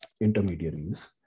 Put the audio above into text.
intermediaries